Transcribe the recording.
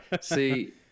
See